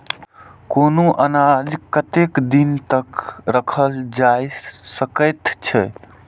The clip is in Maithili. कुनू अनाज कतेक दिन तक रखल जाई सकऐत छै?